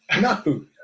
No